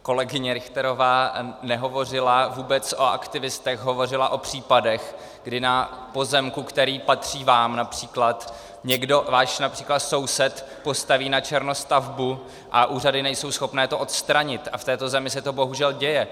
Kolegyně Richterová nehovořila vůbec o aktivistech, hovořila o případech, kdy na pozemku, který patří například vám, někdo, váš, například soused, postaví načerno stavbu a úřady nejsou schopné to odstranit, a v této zemi se to bohužel děje.